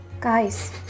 Guys